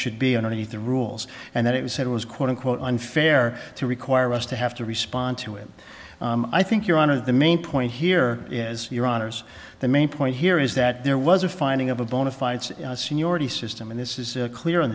should be underneath the rules and that it was said it was quote unquote unfair to require us to have to respond to it i think your honor the main point here is your honors the main point here is that there was a finding of a bona fide seniority system and this is clear in